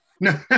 No